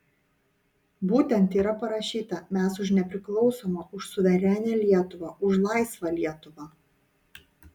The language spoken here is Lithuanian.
būtent yra parašyta mes už nepriklausomą už suverenią lietuvą už laisvą lietuvą